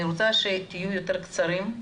אני רוצה שתהיה קצרים יותר,